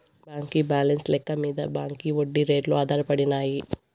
బాంకీ బాలెన్స్ లెక్క మింద బాంకీ ఒడ్డీ రేట్లు ఆధారపడినాయి